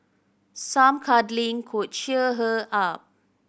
some cuddling could cheer her up